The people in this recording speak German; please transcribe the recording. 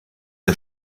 der